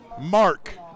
Mark